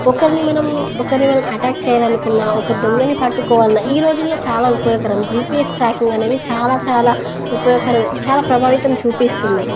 ఒకరిని మనం ఒకరిని మనం అటాక్ చెయ్యాలనుకున్నా ఒక దొంగని పట్టుకోవాలన్నా ఈ రోజుల్లో చాలా ఉపయోకరం జిపిఎస్ ట్రాకింగ్ అనేవి చాలా చాలా ఉపయోగకర చాలా ప్రభావితం చూపిస్తుంది